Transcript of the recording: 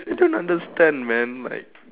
I don't understand man like